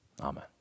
Amen